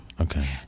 Okay